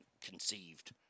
conceived